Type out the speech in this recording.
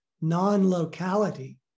non-locality